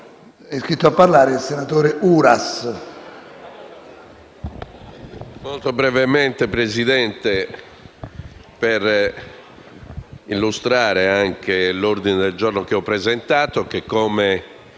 È iscritto a parlare il senatore Uras,